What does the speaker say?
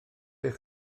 eich